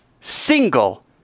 single